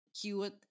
cute